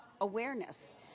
awareness